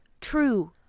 True